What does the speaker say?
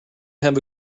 have